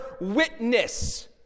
witness